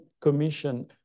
Commission